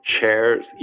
chairs